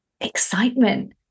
excitement